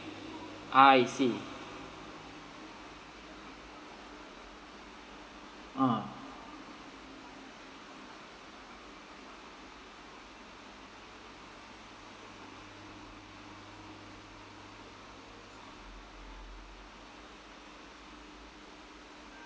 I see ah